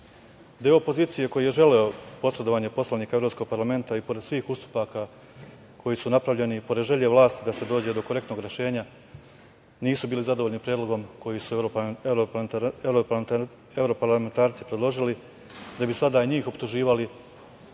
opozicije koji je želeo posredovanje poslanika Evropskog parlamenta i pored svih ustupaka koji su napravljeni i pored želje vlasti da se dođe do korektnog rešenja nisu bili zadovoljni predlogom koji su evroparlamentarci predložili da bi sada njih optuživali,